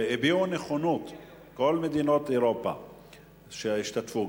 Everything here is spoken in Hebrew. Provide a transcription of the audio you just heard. כל מדינות אירופה שהשתתפו,